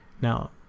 now